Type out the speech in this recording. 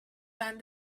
ran